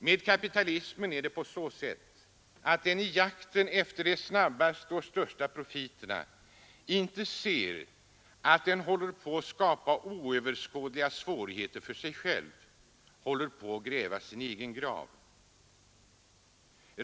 Med kapitalismen är det på så sätt att den i jakten efter de snabbaste och största profiterna inte ser att den håller på att skapa oöverskådliga svårigheter för sig själv, håller på att gräva sin egen grav.